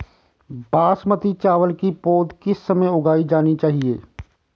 बासमती चावल की पौध किस समय उगाई जानी चाहिये?